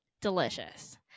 delicious